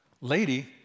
Lady